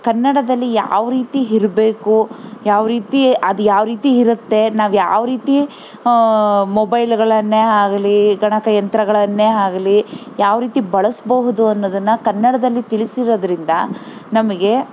ಕನ್ನಡದಲ್ಲಿ ಯಾವ ರೀತಿ ಇರ್ಬೇಕು ಯಾವ ರೀತಿ ಅದು ಯಾವ ರೀತಿ ಇರತ್ತೆ ನಾವು ಯಾವ ರೀತಿ ಮೊಬೈಲ್ಗಳನ್ನೇ ಆಗ್ಲಿ ಗಣಕ ಯಂತ್ರಗಳನ್ನೇ ಆಗ್ಲಿ ಆ ಬಳಸಬಹುದು ಅನ್ನೋದನ್ನು ಕನ್ನಡದಲ್ಲಿ ತಿಳಿಸಿರೋದ್ರಿಂದ ನಮಗೆ